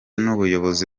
n’ubuyobozi